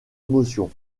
émotion